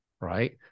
Right